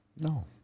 No